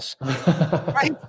right